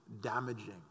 damaging